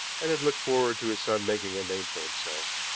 and had looked forward to his son making a name for himself,